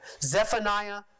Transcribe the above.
Zephaniah